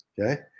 Okay